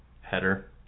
header